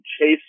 Chase